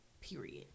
period